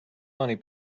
funny